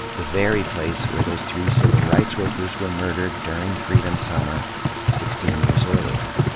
the very place where those three civil rights workers were murdered during freedom summer sixteen years earlier.